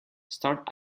start